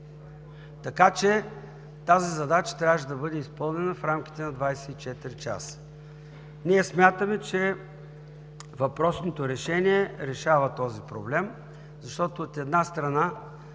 Тази задача трябваше да бъде изпълнена в рамките на 24 часа. Ние смятаме, че въпросното решение решава този проблем, защото, от една страна,